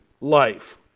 life